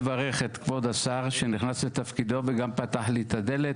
לברך את כבוד השר שנכנס לתפקידו וגם פתח לי את הדלת.